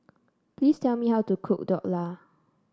please tell me how to cook Dhokla